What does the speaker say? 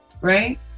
right